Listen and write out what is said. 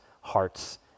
hearts